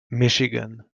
michigan